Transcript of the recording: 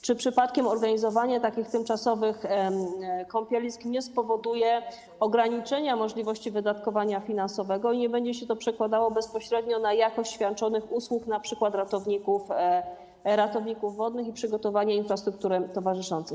Czy przypadkiem organizowanie takich tymczasowych kąpielisk nie spowoduje ograniczenia możliwości wydatkowania finansowego i nie będzie się to przekładało bezpośrednio na jakość świadczonych usług, np. ratowników wodnych, i przygotowanie infrastruktury towarzyszącej?